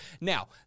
Now